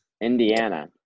Indiana